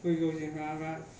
जौ बेदर जाबाय